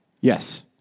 Yes